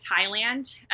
Thailand